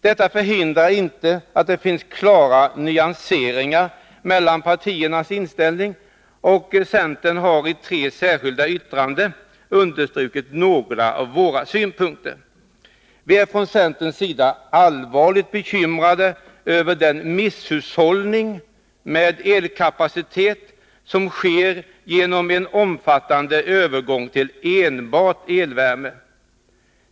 Detta förhindrar inte att det finns klara nyanseringar mellan partiernas inställning, och vii centern har i tre särskilda yttranden understrukit några av våra synpunkter. Vi är från centerns sida allvarligt bekymrade över den misshushållning med elkapacitet som sker genom en omfattande övergång till enbart elvärme.